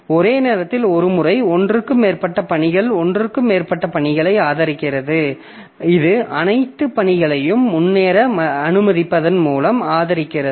ஒரே நேரத்தில் ஒரு முறை ஒன்றுக்கு மேற்பட்ட பணிகளில் ஒன்றுக்கு மேற்பட்ட பணிகளை ஆதரிக்கிறது இது அனைத்து பணிகளையும் முன்னேற அனுமதிப்பதன் மூலம் ஆதரிக்கிறது